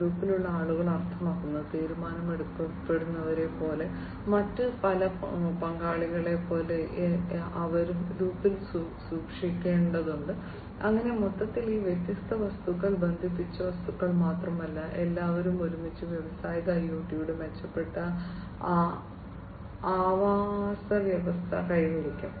ലൂപ്പിലുള്ള ആളുകൾ അർത്ഥമാക്കുന്നത് തീരുമാനമെടുക്കുന്നവരെപ്പോലെ മറ്റ് മറ്റ് പങ്കാളികളെപ്പോലെ അവരും ലൂപ്പിൽ സൂക്ഷിക്കേണ്ടതുണ്ട് അങ്ങനെ മൊത്തത്തിൽ ഈ വ്യത്യസ്ത വസ്തുക്കൾ ബന്ധിപ്പിച്ച വസ്തുക്കൾ മാത്രമല്ല എല്ലാവരും ഒരുമിച്ച് വ്യാവസായിക ഐഒടിയുടെ മെച്ചപ്പെട്ട ആവാസവ്യവസ്ഥ കൈവരിക്കും